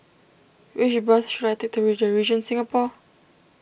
which bus should I take to the Regent Singapore